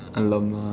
alamak